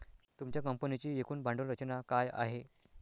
तुमच्या कंपनीची एकूण भांडवल रचना काय आहे?